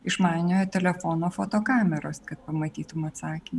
išmaniojo telefono fotokameros kad pamatytum atsakymą